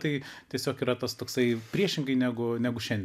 tai tiesiog yra tas toksai priešingai negu negu šiandien